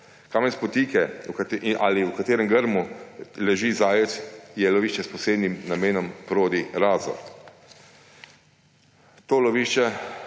Kamen spotike ali v katerem grmu leži zajec je lovišče s posebnim namenom Prodi-Razor. Del